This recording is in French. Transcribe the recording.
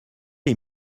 est